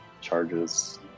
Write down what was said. charges